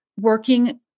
working